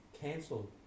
cancelled